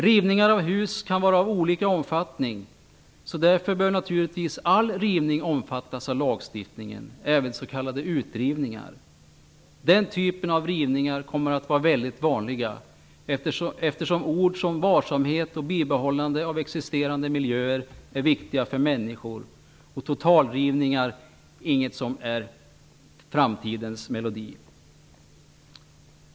Rivningar av hus kan vara av olika omfattning, därför bör naturligtvis all rivning omfattas av lagstiftningen, även s.k. utrivningar. Den typen av rivningar kommer att vara väldigt vanliga, eftersom ord som varsamhet och bibehållande av existerande miljöer är viktiga för människor. Totalrivningar är inte framtidens melodi.